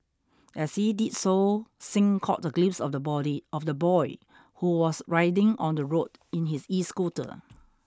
as he did so Singh caught a glimpse of the body of the boy who was riding on the road in his escooter